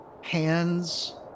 hands